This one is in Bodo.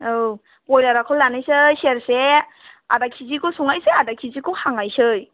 औ बयलारखौ लानोसै सेरसे आधा केजिखौ संनोसै आधा केजिखौ हांनोसै